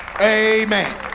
Amen